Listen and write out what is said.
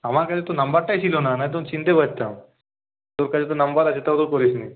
আমার কাছে তো নম্বরটাই ছিল না নাইতো চিনতে পারতাম তোর কাছে তো নম্বর আছে তাও তো করিসনি